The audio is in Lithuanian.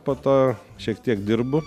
po to šiek tiek dirbu